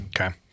Okay